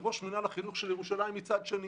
וכראש מינהל החינוך של ירושלים מצד שני.